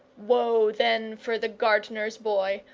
woe then for the gardener's boy,